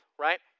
right